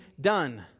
done